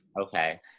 Okay